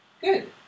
Good